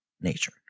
nature